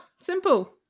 Simple